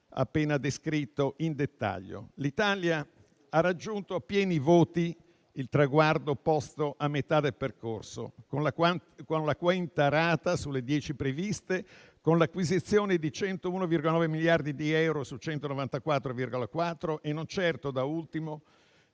appena descritto nel dettaglio. L'Italia ha raggiunto a pieni voti il traguardo posto a metà del percorso, con la quinta rata sulle dieci previste, con l'acquisizione di 101,9 miliardi di euro su 194,4 e - non certo da ultimo